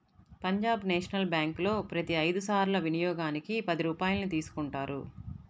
Punjab national బ్యేంకులో ప్రతి ఐదు సార్ల వినియోగానికి పది రూపాయల్ని తీసుకుంటారు